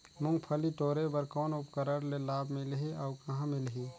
मुंगफली टोरे बर कौन उपकरण ले लाभ मिलही अउ कहाँ मिलही?